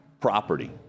property